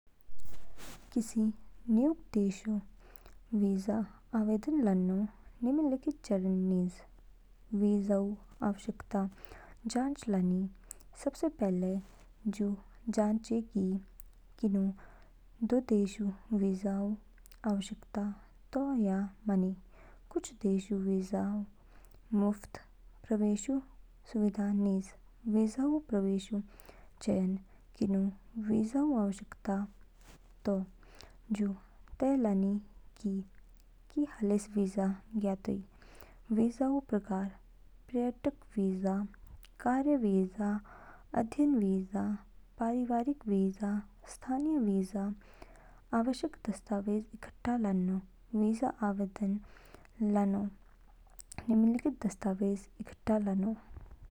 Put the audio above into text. किसी नयूग देशऊ वीज़ा आवेदन लानो निम्नलिखित चरणों निज। वीज़ाऊआवश्यकता जाँच लानी सबसे पहले, जू जाँचें कि किनू दो देशो विजाऊ आवश्यकता तो या मानी कुछ देशोंऊ वीज़ाऊ मुक्त प्रवेशऊ सुविधा निज। वीज़ाऊ प्रकारऊ चयन किनु वीज़ाऊ आवश्यकता तो, जू तय लानी कि की हालेस विजा ज्ञयातोई। वीज़ाऊ प्रकार। पर्यटक वीज। कार्य वीज़ा। अध्ययन वीज़ा । पारिवारिक वीज़ा। स्थायी निवास वीज़ा। आवश्यक दस्तावेज़ इकट्ठालानो वीज़ाऊ आवेदन। लानो, निम्नलिखित दस्तावेज़ इकट्ठा लानू।